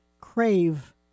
crave